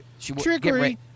trickery